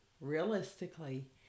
realistically